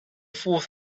fourth